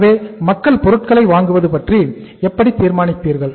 எனவே மக்கள் பொருட்களை வாங்குவது பற்றி எப்படி தீர்மானிப்பார்கள்